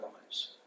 lives